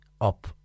up